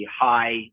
high